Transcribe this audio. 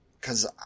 cause